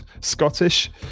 Scottish